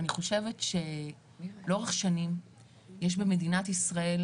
אני חושבת שלאורך שנים יש במדינת ישראל